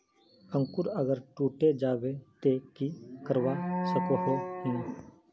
अंकूर अगर टूटे जाबे ते की करवा सकोहो ही?